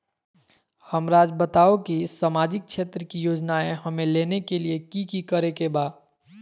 हमराज़ बताओ कि सामाजिक क्षेत्र की योजनाएं हमें लेने के लिए कि कि करे के बा?